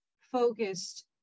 focused